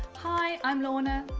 hi, i'm lorna.